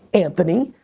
anthony,